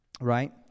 right